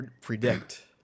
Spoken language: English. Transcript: predict